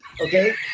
okay